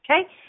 okay